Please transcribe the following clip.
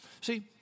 See